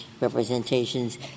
representations